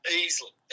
easily